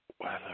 Weather